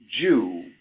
Jew